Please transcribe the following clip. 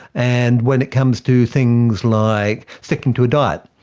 and when it comes to things like sticking to a diet,